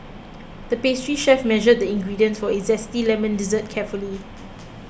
the pastry chef measured the ingredients for Zesty Lemon Dessert carefully